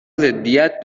ضدیت